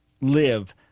live